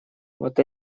вот